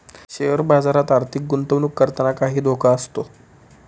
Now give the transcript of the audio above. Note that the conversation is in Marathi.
शेअर बाजारात आर्थिक गुंतवणूक करताना काही धोका असतो